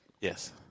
Yes